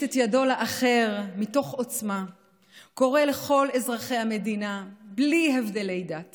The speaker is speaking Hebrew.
את ידו לאחר מתוך עוצמה וקורא לכל אזרחי המדינה בלי הבדלי דת